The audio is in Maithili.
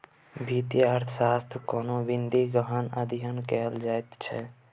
वित्तीय अर्थशास्त्रमे कोनो बिंदूक गहन अध्ययन कएल जाइत छै